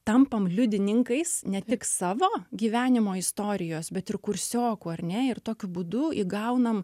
tampam liudininkais ne tik savo gyvenimo istorijos bet ir kursiokų ar ne ir tokiu būdu įgaunam